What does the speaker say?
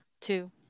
two